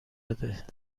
بده